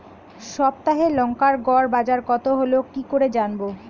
সপ্তাহে লংকার গড় বাজার কতো হলো কীকরে জানবো?